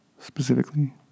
specifically